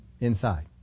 inside